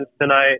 tonight